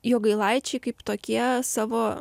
jogailaičiai kaip tokie savo